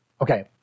okay